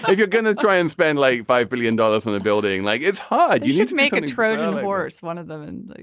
ah you're going to try and spend like five billion dollars on the building like it's hard. you need to make a trojan horse one of them and